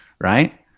Right